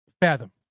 fathom